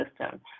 system